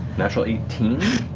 natural eighteen.